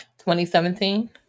2017